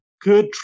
good